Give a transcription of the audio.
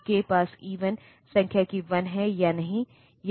उदाहरण के लिए यदि आप एक डिजिटल सिग्नल प्रोसेसर देख रहे है